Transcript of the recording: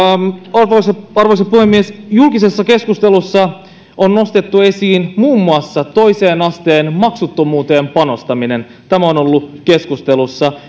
arvoisa puhemies julkisessa keskustelussa on nostettu esiin muun muassa toisen asteen maksuttomuuteen panostaminen tämä on ollut keskustelussa